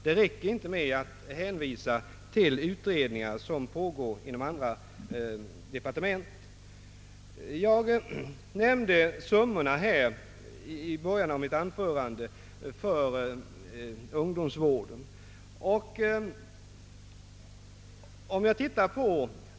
Det räcker inte att hänvisa till pågående utredningar inom andra departement. I början av mitt anförande nämnde jag vissa siffror beträffande ungdomsvården.